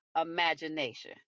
imagination